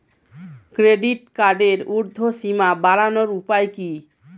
Credit কার্ডের উর্ধ্বসীমা বাড়ানোর উপায় কি?